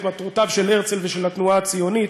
מטרותיו של הרצל ושל התנועה הציונית,